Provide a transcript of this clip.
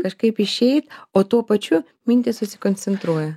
kažkaip išeit o tuo pačiu mintys susikoncentruoja